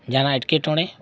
ᱡᱟᱦᱟᱱᱟᱜ ᱮᱴᱠᱮᱴᱚᱬᱮ